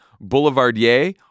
boulevardier